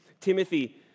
Timothy